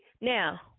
now